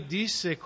disse